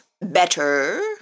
better